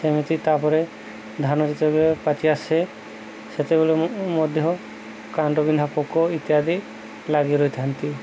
ସେମିତି ତାପରେ ଧାନ ଯେତେବେଳେ ପାଚି ଆସେ ସେତେବେଳେ ମଧ୍ୟ କାଣ୍ଡ ବିିନ୍ଧା ପୋକ ଇତ୍ୟାଦି ଲାଗି ରହିଥାନ୍ତି